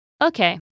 Okay